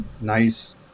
nice